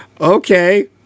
Okay